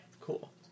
Cool